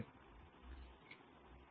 હું કેવી રીતે વર્ગીકૃત કરી શકું